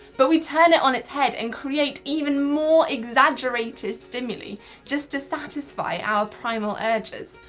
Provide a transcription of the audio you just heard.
but we turn it on its head and create even more exaggerated stimuli just to satisfy our primal urges.